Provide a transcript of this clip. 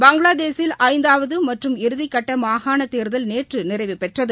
பங்களாதேஷில் ஐந்தாவது மற்றும் இறுதிக்கட்ட மாகாண தேர்தல் நேற்று நிறைவுபெற்றது